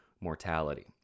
mortality